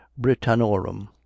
britannorum